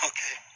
Okay